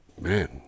Man